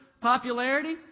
popularity